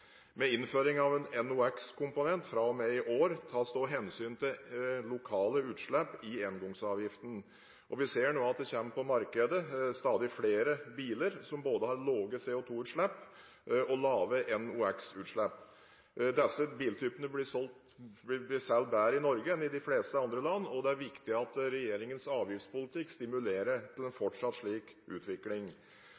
Med innføringen av en NOx-komponent fra og med i år tas det også hensyn til lokale utslipp i engangsavgiften. Vi ser nå at det kommer på markedet stadig flere biler som har både lave CO2-utslipp og lave NOx-utslipp. Disse biltypene selger bedre i Norge enn i de fleste andre land, og det er viktig at regjeringens avgiftspolitikk stimulerer til